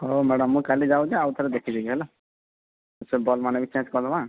ହଉ ମ୍ୟାଡ଼ମ୍ ମୁଁ କାଲି ଯାଉଛି ଆଉଥରେ ଦେଖିଦେବି ହେଲା ସେ ବଲ୍ମାନେ ବି ଚେକ୍ କରିଦେମାଁ